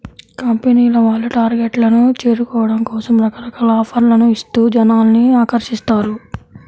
కంపెనీల వాళ్ళు టార్గెట్లను చేరుకోవడం కోసం రకరకాల ఆఫర్లను ఇస్తూ జనాల్ని ఆకర్షిస్తారు